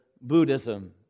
Buddhism